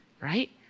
right